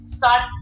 start